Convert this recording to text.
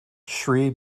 shri